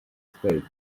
spade